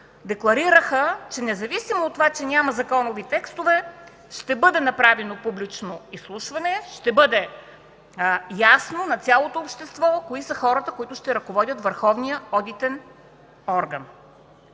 декларираха, че независимо от това, че няма законови текстове, ще бъде направено публично изслушване, ще бъде ясно на цялото общество кои са хората, които ще ръководят върховния одитен орган.